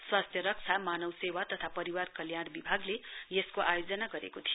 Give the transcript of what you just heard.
स्वास्थ्य रक्षा मानव सेवा तथा परिवार कल्याण विभागले यसको आयोना गरेको थियो